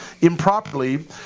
improperly